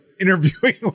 interviewing